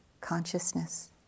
consciousness